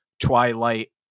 Twilight